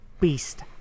beast